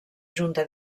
junta